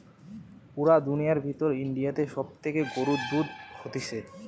পুরা দুনিয়ার ভিতর ইন্ডিয়াতে সব থেকে গরুর দুধ হতিছে